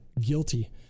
guilty